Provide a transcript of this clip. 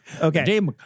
Okay